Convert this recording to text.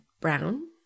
brown